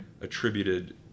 attributed